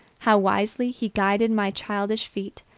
how wisely he guided my childish feet,